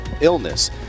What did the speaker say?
illness